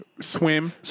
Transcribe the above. Swim